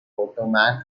potomac